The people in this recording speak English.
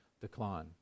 decline